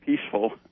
peaceful